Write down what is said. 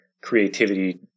creativity